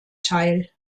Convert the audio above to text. teil